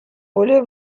более